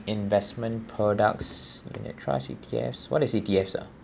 investment products in a trust E_T_Fs what is E_T_Fs ah